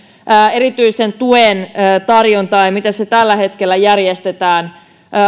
erityisen tuen tarjontaan ja siihen miten se tällä hetkellä järjestetään